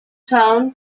town